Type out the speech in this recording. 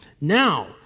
Now